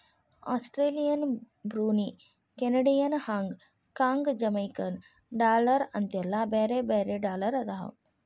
Australian Brunei Canadian Hong Kong Jamaican dollar ಅಂತೆಲ್ಲಾ ಬ್ಯಾರೆ ಬ್ಯಾರೆ ಡಾಲರ್ ಅದಾವ